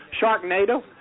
Sharknado